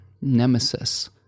nemesis